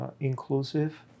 inclusive